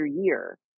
year